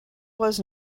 was